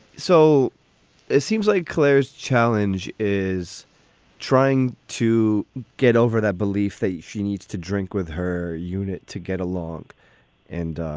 so it seems like claire's challenge is trying to get over that belief that she needs to drink with her unit to get along and.